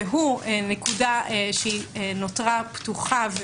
והוא נקודה שנותרה פתוחה,